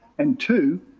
and two,